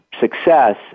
success